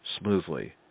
smoothly